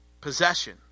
possession